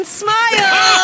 smile